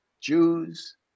Jews